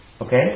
Okay